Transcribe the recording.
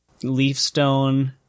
Leafstone